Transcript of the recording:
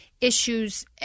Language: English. issues